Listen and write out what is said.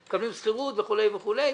מקבלים שכירות וכו' וכו'.